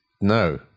No